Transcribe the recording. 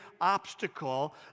obstacle